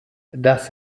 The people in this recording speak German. das